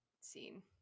scene